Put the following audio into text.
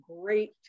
great